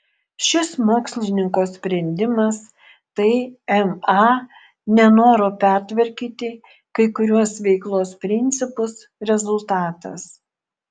šis mokslininko sprendimas tai ma nenoro pertvarkyti kai kuriuos veiklos principus rezultatas